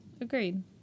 Agreed